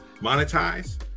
monetize